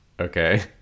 okay